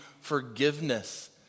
forgiveness